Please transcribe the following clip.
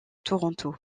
toronto